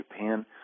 Japan